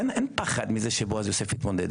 אין פחד מזה שבועז יוסף יתמודד,